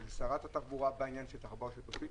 שרת התחבורה בעניין של תחבורה שיתופית,